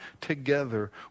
together